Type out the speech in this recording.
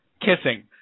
Kissing